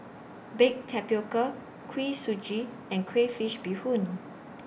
Baked Tapioca Kuih Suji and Crayfish Beehoon